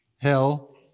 hell